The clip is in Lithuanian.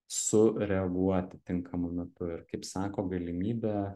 sureaguoti tinkamu metu ir kaip sako galimybė